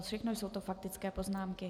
Všechno to jsou faktické poznámky.